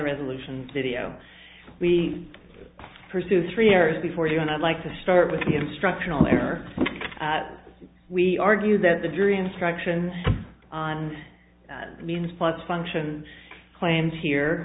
resolution video we pursue three years before you and i'd like to start with the instructional error we argue that the jury instructions on means plus function claims here